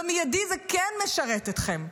במיידי, זה כן משרת אתכם,